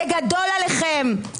זה גדול עליכם.